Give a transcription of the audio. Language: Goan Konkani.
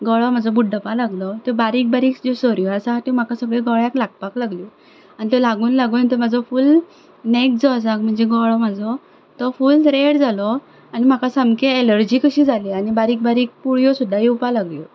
गळो म्हजो बुड्डपाक लागलो बारीक बारीक ज्यो सरयो आसा सगळ्यो म्हाका गळ्याक लागपाक लागल्यो आनी तें लागून लागून म्हजो तो फूल नॅक जो आसा म्हणजे गळो म्हजो तो फूल रॅड जालो आनी म्हाका सामकी एलर्जी कशी जाली आनी बारीक बारीक पुळयो सुद्दां येवपाक लागल्यो